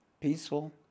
peaceful